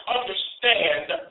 understand